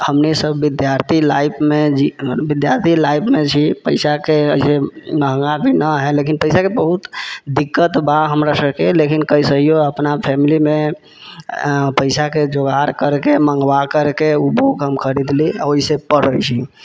हमनीसब विद्यार्थी लाइफमे विद्यार्थी लाइफमे छी पैसाके जे छै महगा भी नहि हइ लेकिन पैसाके बहुत दिक्कत बा हमरा सबके लेकिन कइसेओ अपना फैमिलीमे पैसाके जोगार करिकऽ मङ्गबा करिकऽ ओ बुक हम खरीदली आओर ओहिसँ हम पढ़ै छी